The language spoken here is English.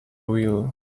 wheel